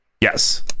yes